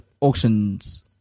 auctions